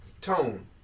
tone